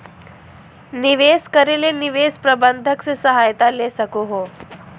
निवेश करे ले निवेश प्रबंधक से सहायता ले सको हो